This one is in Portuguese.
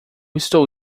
estou